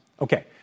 Okay